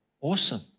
Awesome